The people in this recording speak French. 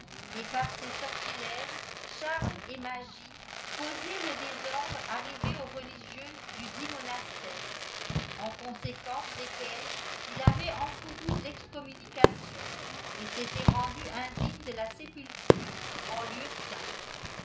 et par ses sortilèges charmes et magies causé le désordre arrivé aux religieuses dudit monastère en conséquence desquels il avait encouru l'excommunication et s'était rendu indigne de la sépulture en lieu saint